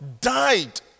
died